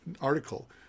article